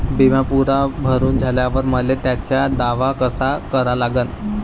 बिमा पुरा भरून झाल्यावर मले त्याचा दावा कसा करा लागन?